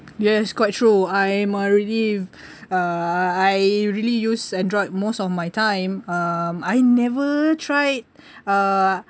yes quite true I'm already uh I really use android most of my time um I never tried uh